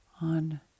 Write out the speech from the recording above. on